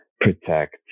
protect